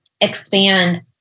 expand